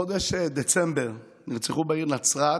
בחודש דצמבר נרצחו בעיר נצרת